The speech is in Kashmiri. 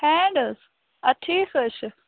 ہیٚنٛڈ حظ اَد ٹھیٖک حظ چھُ